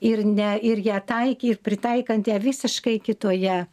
ir ne ir ją taiky ir pritaikant ją visiškai kitoje